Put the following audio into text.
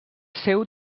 seu